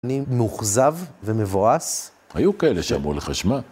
אני מאוכזב ומבואס. היו כאלה שאמרו לך, תשמע.